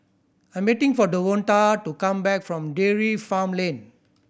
I'm waiting for Devonta to come back from Dairy Farm Lane